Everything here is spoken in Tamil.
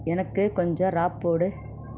எனக்கு கொஞ்சம் ராப் போடு